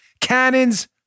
Cannon's